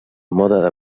moda